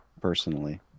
personally